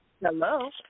Hello